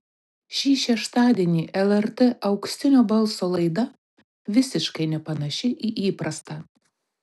šį šeštadienį lrt auksinio balso laida visiškai nepanaši į įprastą